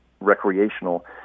recreational